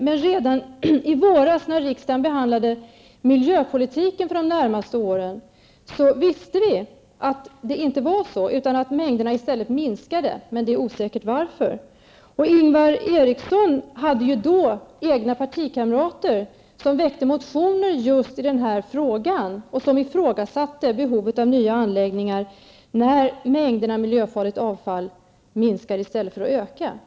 Men redan i våras när riksdagen behandlade miljöpolitiken för de närmaste åren, visste vi att det inte var så utan att mängderna i stället minskade. Men det är osäkert varför. Ingvar Eriksson hade då egna partikamrater som väckte motioner just i denna fråga och som ifrågasatte behovet av nya anläggningar när mängderna miljöfarligt avfall minskade i stället för att öka.